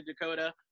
Dakota